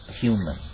human